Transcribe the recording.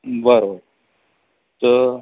बरं बरं तर